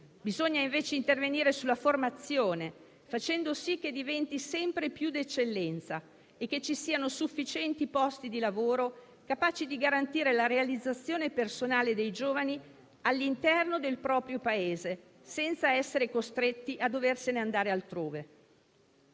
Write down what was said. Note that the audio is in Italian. invece intervenire sulla formazione facendo sì che diventi sempre più d'eccellenza e che vi siano sufficienti posti di lavoro capaci di garantire la realizzazione personale dei giovani all'interno del proprio Paese, senza che siano costretti a dover andare altrove.